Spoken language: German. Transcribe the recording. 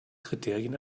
kriterien